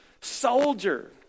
soldier